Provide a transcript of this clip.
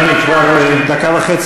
בעניין רצח אבו ח'דיר, אדוני, כבר דקה וחצי.